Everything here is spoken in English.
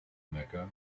mecca